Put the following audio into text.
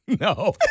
No